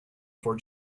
for